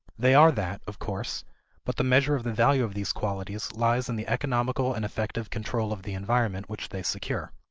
they are that, of course but the measure of the value of these qualities lies in the economical and effective control of the environment which they secure.